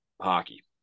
hockey